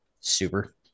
Super